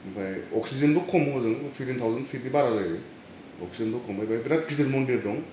आमफाय अक्सिजेनबो खम हजों फिफटिन थाउजेन पिट नि बारा जायो अक्सिजेनबो खमायबाइ बिराथ गिदिर मन्दिर दं